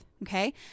Okay